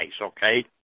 okay